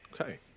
okay